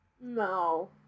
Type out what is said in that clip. No